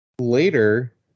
later